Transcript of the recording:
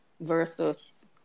versus